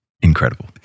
incredible